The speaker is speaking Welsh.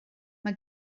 mae